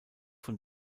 von